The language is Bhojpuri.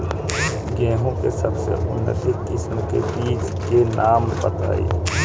गेहूं के सबसे उन्नत किस्म के बिज के नाम बताई?